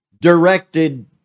directed